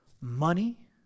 money